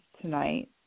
tonight